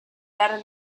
better